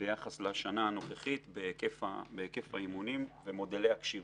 ביחס לשנה הנוכחית בהיקף האימונים ומודלי הכשירות.